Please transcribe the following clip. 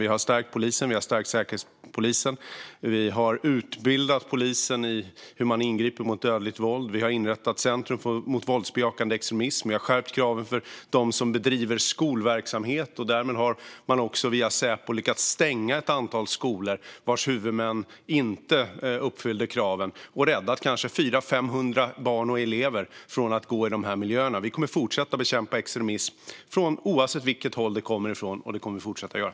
Vi har stärkt polisen. Vi har stärkt Säkerhetspolisen. Vi har utbildat polisen i hur man ingriper mot dödligt våld. Vi har inrättat Center mot våldsbejakande extremism. Vi har skärpt kraven för dem som bedriver skolverksamhet. Därmed har man via Säpo lyckats stänga ett antal skolor vars huvudmän inte uppfyllde kraven och räddat kanske 400-500 barn och elever från de här miljöerna. Vi bekämpar extremism oavsett från vilket håll den kommer, och det kommer vi att fortsätta göra.